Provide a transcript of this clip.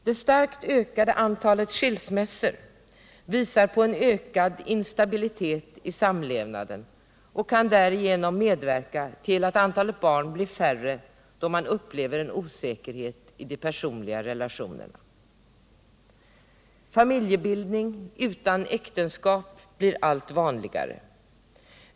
Det starkt stigande antalet skilsmässor visar på en ökad instabilitet i samlevnaden och kan därigenom medverka till att antalet barn blir mindre, då man upplever en osäkerhet i de personliga relationerna. Familjebildning utan äktenskap blir allt vanligare.